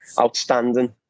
outstanding